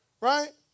right